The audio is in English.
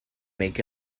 make